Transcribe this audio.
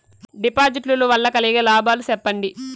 డిపాజిట్లు లు వల్ల కలిగే లాభాలు సెప్పండి?